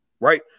Right